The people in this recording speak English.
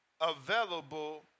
available